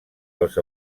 els